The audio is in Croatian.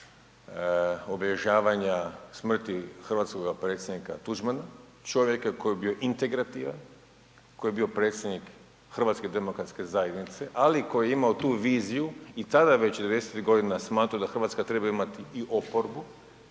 obilježavanja smrti hrvatskoga predsjednika Tuđmana. Čovjeka koji je bio integrativan, koji je bio predsjednik HDZ-a, ali i koji je imao tu viziju, i tada već, 90-ih godina je smatrao da Hrvatska treba imati i oporbu,